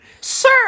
Sir